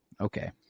Okay